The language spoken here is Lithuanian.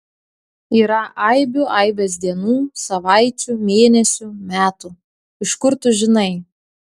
yra aibių aibės dienų savaičių mėnesių metų iš kur tu žinai